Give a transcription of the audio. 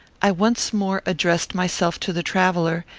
i once more addressed myself to the traveller,